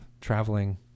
traveling